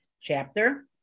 chapter